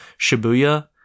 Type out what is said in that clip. Shibuya